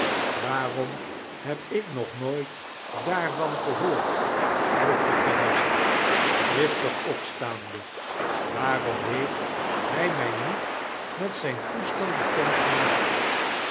waarom heb ik nog nooit daarvan gehoord vroeg de chemist driftig opsltaande waarom heeft hij mij niet met zijn toestand bekend gernaakt